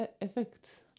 effects